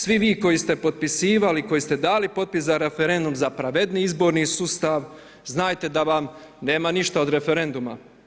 Svi vi koji ste potpisivali, koji ste dali potpis za referendum, za pravedniji izborni sustav, znajte da vam nema ništa od referenduma.